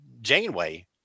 janeway